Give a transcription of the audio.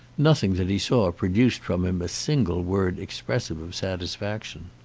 nothing that he saw produced from him a single word expressive of satisfaction.